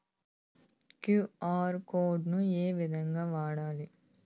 QR code ను ఏ విధంగా వాడాలి?